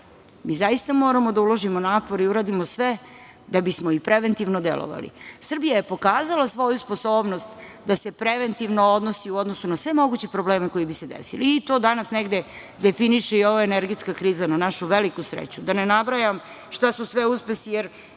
mi zaista moramo da uložimo napor i da uradimo sve da bismo i preventivno delovali. Srbija je pokazala svoju sposobnost da se preventivno odnosi u odnosu na sve moguće probleme koji bi se desili i to danas negde definiše i ova energetska kriza, na našu veliku sreću. Da ne nabrajam šta su sve uspesi, jer